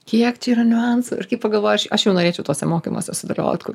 kiek čia yra niuansų ir kai pagalvoji aš aš jau norėčiau tuose mokymuose sudalyvaut kur